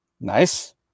Nice